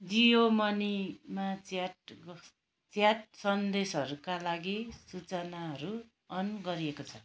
जियो मनीमा chat chat सन्देशहरूका लागि सूचनाहरू अन गरिएको छ